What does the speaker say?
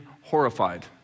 horrified